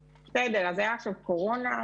בסדר, אז היה עכשיו קורונה,